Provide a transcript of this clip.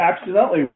accidentally